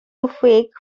fake